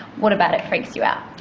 what about it freaks you out?